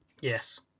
yes